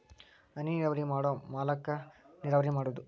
ಹನಿನೇರಾವರಿ ಮಾಡು ಮೂಲಾಕಾ ನೇರಾವರಿ ಮಾಡುದು